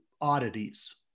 oddities